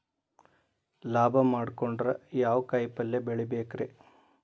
ಲಾಭ ಮಾಡಕೊಂಡ್ರ ಯಾವ ಕಾಯಿಪಲ್ಯ ಬೆಳಿಬೇಕ್ರೇ?